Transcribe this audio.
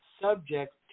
subject